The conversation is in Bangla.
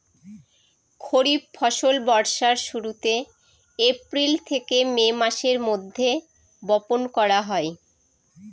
খরিফ ফসল বর্ষার শুরুতে, এপ্রিল থেকে মে মাসের মধ্যে, বপন করা হয়